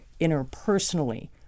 interpersonally